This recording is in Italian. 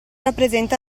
rappresenta